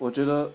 我觉得